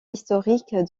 historique